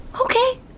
Okay